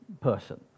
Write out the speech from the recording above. person